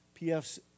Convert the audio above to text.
PF's